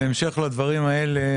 בהמשך לדברים האלה,